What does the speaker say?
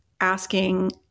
asking